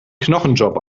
knochenjob